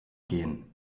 gehen